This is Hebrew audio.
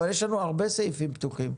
יש לנו הרבה סעיפים פתוחים.